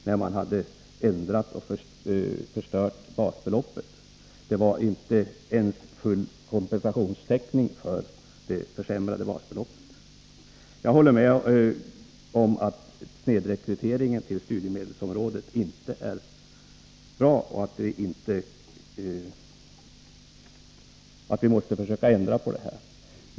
Höjningen av totalbeloppet från 140 till Jag håller med om att snedrekryteringen på studiemedelsområdet inte är bra och att vi måste försöka få till stånd en ändring.